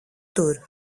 tur